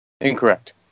Incorrect